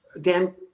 Dan